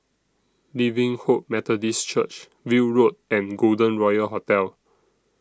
Living Hope Methodist Church View Road and Golden Royal Hotel